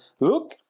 look